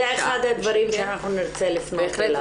זה אחד הדברים שאנחנו נרצה לפנות אליו.